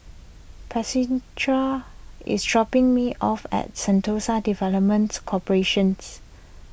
Priscila is dropping me off at Sentosa Developments Corporations